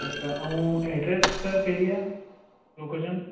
अच्छा ऐं address sir कहिड़ी आहे लोकेशन